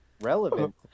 relevant